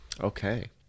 Okay